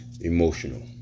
emotional